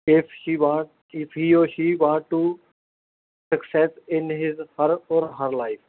if she want he or she want to success in his her or her life